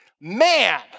Man